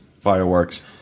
fireworks